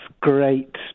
great